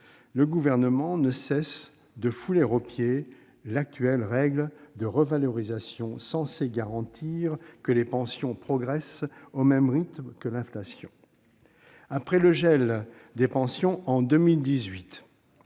le Gouvernement ne cesse de fouler aux pieds l'actuelle règle de revalorisation censée garantir que les pensions progressent au même rythme que l'inflation ? Gel des pensions en 2018,